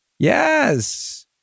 Yes